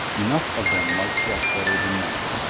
enough of them liked death better than that.